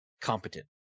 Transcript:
competent